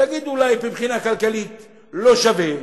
תגידו: אולי מבחינה כלכלית לא שווה,